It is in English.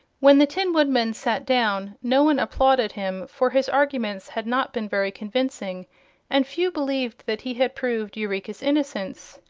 when the tin woodman sat down no one applauded him, for his arguments had not been very convincing and few believed that he had proved eureka's innocence.